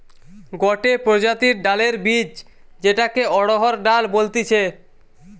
গটে প্রজাতির ডালের বীজ যেটাকে অড়হর ডাল বলতিছে